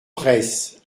presse